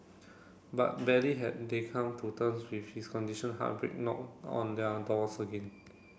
but barely had they come to terms with his condition heartbreak knocked on their doors again